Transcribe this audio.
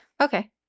Okay